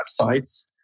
websites